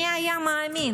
מי היה מאמין?